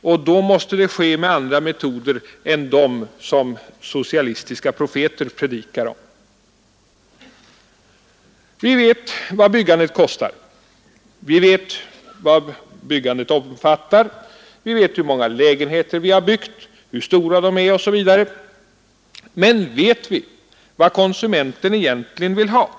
och då mäste det ske med andra metoder än dem som socialistiska profeter predikar om. Vi vet vad byggandet kostar, vi vet vad byggandet omfattar, vi vet hur många lägenheter vi har byggt, hur stora de är osv. Men vet vi vad konsumenten egentligen vill ha?